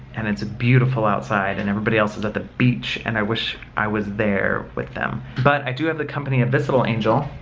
and it's beautiful outside, and everybody else is at the beach, and i wish i was there with them, but i do have the company of this little angel.